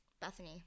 Bethany